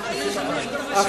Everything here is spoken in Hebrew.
היא נתנה את האחריות.